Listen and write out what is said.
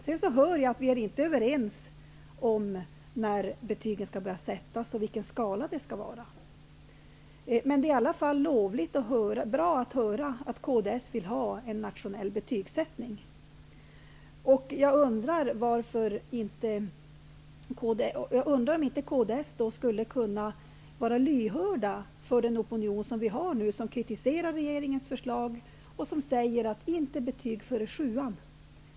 Men jag hör att vi inte är överens om när betygen skall börja sättas och vilken skala det skall vara. Men det är i alla fall bra att kds vill ha en nationell betygsättning. Jag undrar om inte kds då skulle kunna vara lyhört för den opinion som vi nu har, som kritiserar regeringens förslag och som säger: Inte betyg före sjuan!